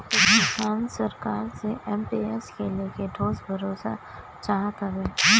किसान सरकार से एम.पी.एस के लेके ठोस भरोसा चाहत हवे